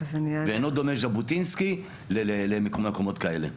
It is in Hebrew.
ואינו דומה ז'בוטינסקי למקומות כאלה,